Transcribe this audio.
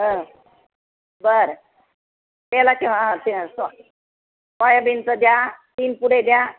हां बरं तेलाचे हां ते सो सोयाबीनचं द्या तीन पुडे द्या